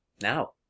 Now